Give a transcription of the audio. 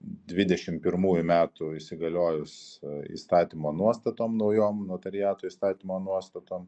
dvidešim pirmųjų metų įsigaliojus įstatymo nuostatom naujom notariato įstatymo nuostatom